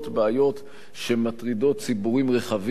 בעיות שמטרידות ציבורים רחבים.